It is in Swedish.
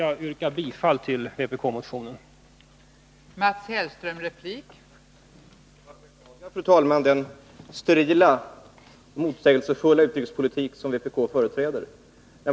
Jag hemställer om bifall till vpk-motionen, yrkande 3.